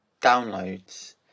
downloads